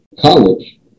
college